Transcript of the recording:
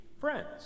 friends